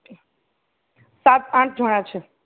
okay સાત આઠ જણા છે